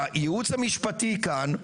הייעוץ המשפטי כאן,